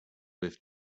with